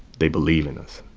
they believe in us.